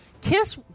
Kiss